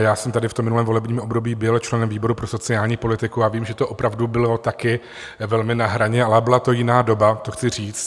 Já jsem tady v minulém volebním období byl členem výboru pro sociální politiku a vím, že to opravdu bylo taky velmi na hraně, ale byla to jiná doba, to chci říct.